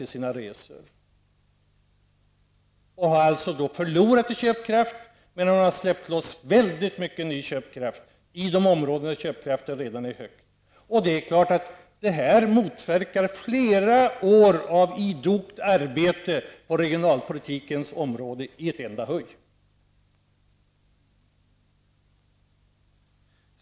Invånarna i dessa kommuner förlorar i köpkraft, medan man har släppt loss mycket ny köpkraft i de områden där köpkraften redan är stor. Detta motverkar naturligtvis flera år av idogt arbete på regionalpolitikens område i ett enda huj.